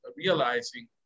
Realizing